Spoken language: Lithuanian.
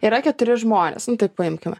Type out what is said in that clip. yra keturi žmonės nu taip paimkime